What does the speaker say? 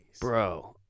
Bro